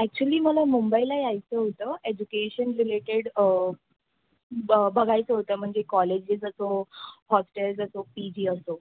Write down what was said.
actually मला मुंबईला यायचं होतं एज्युकेशन रिलेटेड ब बघायचं होतं म्हणजे कॉलेजेस असो हॉस्टेल्स असो पी जी असो